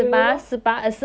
as in ya